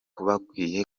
bakwiye